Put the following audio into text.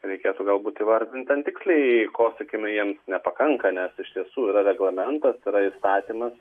reikėtų galbūt įvardint ten tiksliai ko sakykime jiems nepakanka nes iš tiesų yra reglamentas yra įstatymas